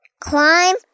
climb